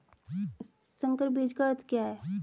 संकर बीज का अर्थ क्या है?